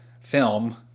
Film